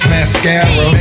Mascara